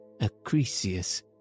Acrisius